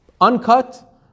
uncut